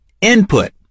Input